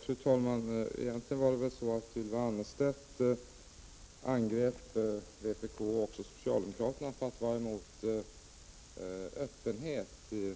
Fru talman! Egentligen var det väl så att Ylva Annerstedt angrep vpk och socialdemokraterna för att vara emot öppenhet